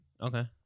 Okay